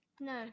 No